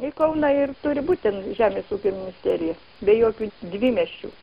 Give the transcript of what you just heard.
į kauną ir turi būt ten žemės ūkio ministerija be jokių dvimiesčių